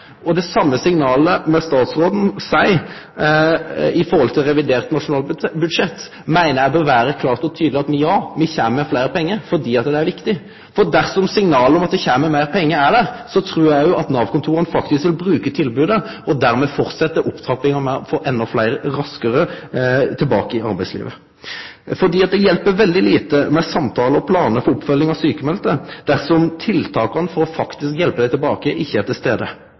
rehabilitering fungerer. Det same gjeld det signalet statsråden gir i forhold til revidert nasjonalbudsjett. Det meiner eg må vere klart og tydeleg at ja, me kjem med fleire pengar, fordi det er viktig. Dersom signalet om at det kjem meir pengar er der, trur eg òg at Nav-kontora faktisk vil bruke tilbodet og dermed fortsetje opptrappinga og få endå fleire raskare tilbake i arbeidslivet. Det hjelper veldig lite med samtaler og planar for oppfølging av sjukmelde, dersom tiltaka for faktisk å hjelpe dei tilbake ikkje er til